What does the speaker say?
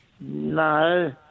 No